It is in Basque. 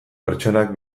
pertsonak